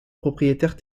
propriétaire